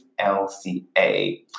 LCA